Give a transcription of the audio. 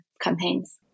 campaigns